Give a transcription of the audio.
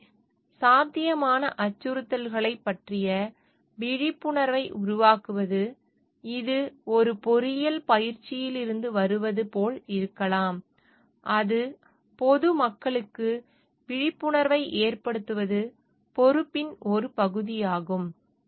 எனவே சாத்தியமான அச்சுறுத்தல்களைப் பற்றிய விழிப்புணர்வை உருவாக்குவது இது ஒரு பொறியியல் பயிற்சியிலிருந்து வருவது போல் இருக்கலாம் அது பொதுமக்களுக்கு விழிப்புணர்வை ஏற்படுத்துவது பொறுப்பின் ஒரு பகுதியாகும்